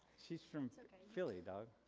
she's from so and philly dawg.